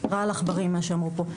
רעל עכברים מה שאמרו פה,